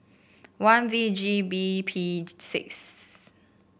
one V G B P six